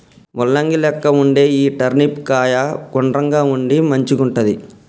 ముల్లంగి లెక్క వుండే ఈ టర్నిప్ కాయ గుండ్రంగా ఉండి మంచిగుంటది